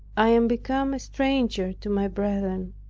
i am become a stranger to my brethren,